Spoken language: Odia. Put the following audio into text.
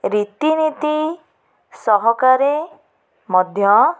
ରିତିନୀତି ସହକାରେ ମଧ୍ୟ